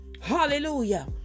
Hallelujah